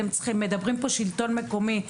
אתם מדברים פה על השלטון המקומי,